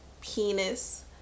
penis